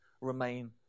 remain